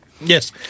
Yes